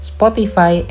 Spotify